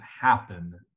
happen